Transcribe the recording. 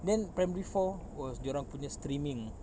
then primary four was dia orang punya streaming